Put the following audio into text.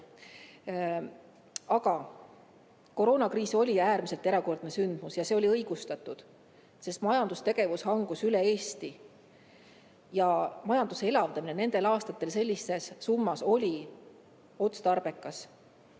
Koroonakriis oli äärmiselt erakordne sündmus ja see [toetus] oli siis õigustatud, sest majandustegevus hangus üle Eesti. Majanduse elavdamine nendel aastatel sellises summas oli otstarbekas.